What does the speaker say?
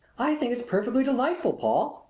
i think it's perfectly delightful, paul!